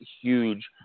huge